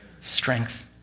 strength